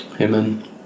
Amen